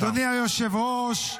אדוני היושב-ראש,